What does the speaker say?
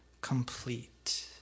complete